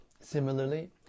Similarly